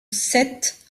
sept